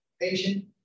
patient